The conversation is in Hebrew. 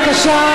להוציא.